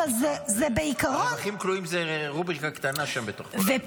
אבל זה בעיקרון --- רווחים כלואים זו רובריקה קטנה שם בתוך כל זה.